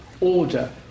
order